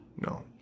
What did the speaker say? No